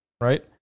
right